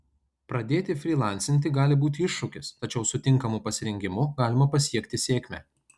pradėti frylancinti gali būti iššūkis tačiau su tinkamu pasirengimu galima pasiekti sėkmę